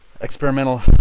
experimental